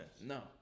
No